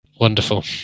Wonderful